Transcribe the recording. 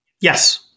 Yes